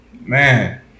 Man